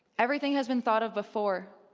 everything has been thought of before,